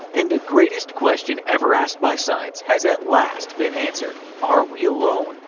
and the greatest question ever asked by science has at last been answered are we alone?